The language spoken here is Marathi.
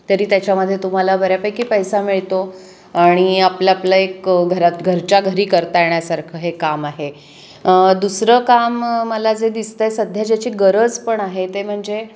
तरी त्याच्यामध्ये तुम्हाला बऱ्यापैकी पैसा मिळतो आणि आपल्यापलं एक घरात घरच्या घरी करता येण्यासारखं हे काम आहे दुसरं काम मला जे दिसतं आहे सध्या ज्याची गरज पण आहे ते म्हणजे